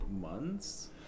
months